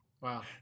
Wow